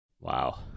Wow